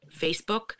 Facebook